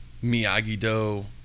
Miyagi-Do